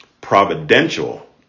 providential